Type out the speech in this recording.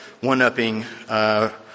one-upping